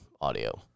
audio